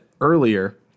earlier